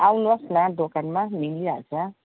आउनुहोस् न दोकानमा मिलिहाल्छ